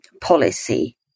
policy